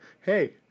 hey